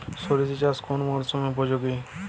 সরিষা চাষ কোন মরশুমে উপযোগী?